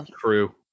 true